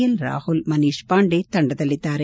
L Rahul Manish Pande ತಂಡದಲ್ಲಿದ್ದಾರೆ